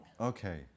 Okay